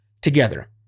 together